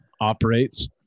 operates